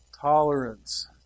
tolerance